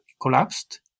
collapsed